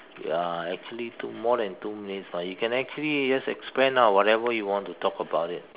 ya actually two more than two names lah you can actually just expand ah whatever you want to talk about it